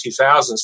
2000s